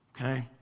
okay